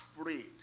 afraid